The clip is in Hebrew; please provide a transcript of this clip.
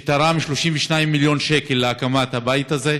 שתרם 32 מיליון שקל להקמת הבית הזה.